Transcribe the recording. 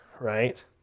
right